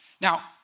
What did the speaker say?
Now